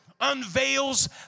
unveils